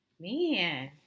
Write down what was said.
Man